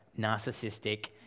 narcissistic